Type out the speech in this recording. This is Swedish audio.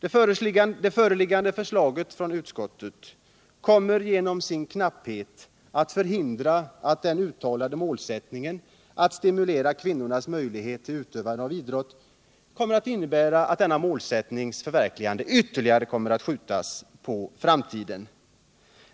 Utskottets förslag kommer genom sin njugghet att medföra att målet att stimulera kvinnornas möjligheter att utöva idrott ytterligare skjuts på framtiden.